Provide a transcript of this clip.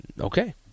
Okay